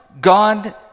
God